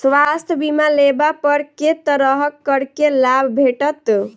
स्वास्थ्य बीमा लेबा पर केँ तरहक करके लाभ भेटत?